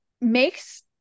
makes